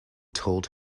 told